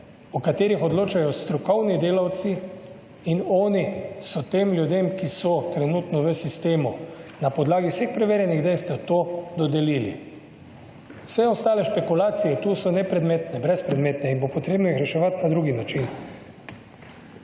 o katerih odločajo strokovni delavci in oni so tem ljudem, ki so trenutno v sistemu, na podlagi vseh preverjenih dejstev, to dodelili. Vse ostale špekulacije tu, so nepredmetne, brezpredmetne in bo potrebno jih reševat na drugi način.